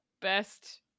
best